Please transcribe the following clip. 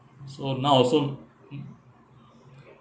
so now also mm